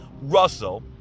Russell